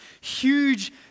huge